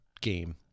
game